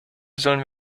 sollen